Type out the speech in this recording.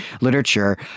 literature